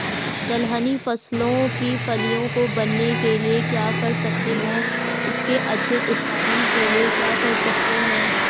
दलहनी फसलों की फलियों को बनने के लिए क्या कर सकते हैं इसके अच्छे उत्पादन के लिए क्या कर सकते हैं?